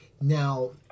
Now